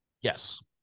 Yes